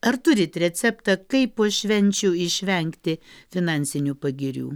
ar turit receptą kaip po švenčių išvengti finansinių pagirių